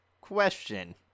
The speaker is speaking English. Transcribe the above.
question